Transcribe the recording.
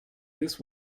this